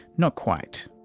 not quite.